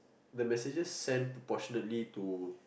the messages send proportionally to